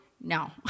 No